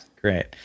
Great